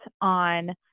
on